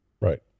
Right